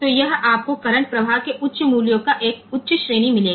तो यह आपको करंट प्रवाह के उच्च मूल्य का एक उच्च श्रेणी मिलेगा